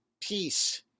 peace